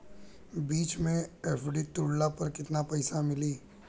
बीच मे एफ.डी तुड़ला पर केतना पईसा मिली?